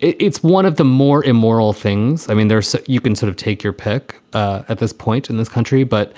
it's one of the more immoral things. i mean, there's you can sort of take your pick ah at this point in this country. but